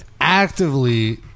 actively